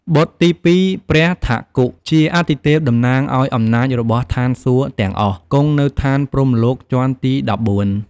បុត្រទី២ ព្រះភ្ឋគុ ជាអាទិទេពតំណាងឱ្យអំណាចរបស់ឋានសួគ៌ទាំងអស់ គង់នៅឋានព្រហ្មលោកជាន់ទី១៤ ។